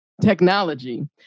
technology